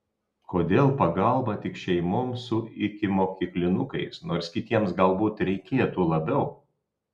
kodėl pagalba tik šeimoms su ikimokyklinukais nors kitiems galbūt reikėtų labiau